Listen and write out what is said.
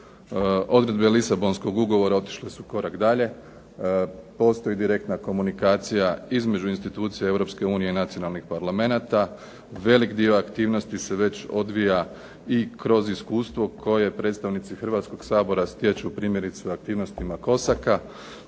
Odredbe Lisabonskog ugovora otišle su korak dalje. Postoji direktna komunikacija između institucija Europske unije i nacionalnih parlamenata. Veliki dio aktivnosti se već odvija i kroz iskustvo koje predstavnici Hrvatskog sabora stječu u aktivnostima COSAC-a.